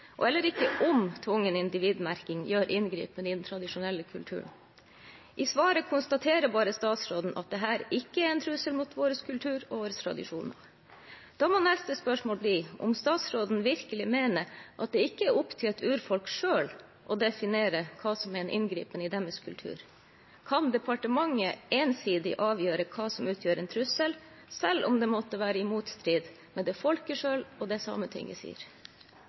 gjennomføring eller når iverksettelse skal skje, og heller ikke om tvungen individmerking gjør inngripen i den tradisjonelle kulturen. I svaret konstaterer bare statsråden at dette ikke er en trussel mot vår kultur og våre tradisjoner. Da må neste spørsmål bli om statsråden virkelig mener at det ikke er opp til et urfolk selv å definere hva som er en inngripen i deres kultur. Kan departementet ensidig avgjøre hva som utgjør en trussel, selv om det måtte stå i motstrid til det folket selv og Sametinget sier? I formålsparagrafen til denne loven er det